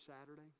Saturday